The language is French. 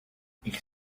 ils